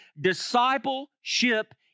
Discipleship